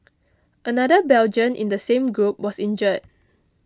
another Belgian in the same group was injured